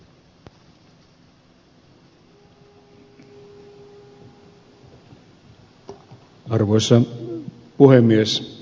arvoisa puhemies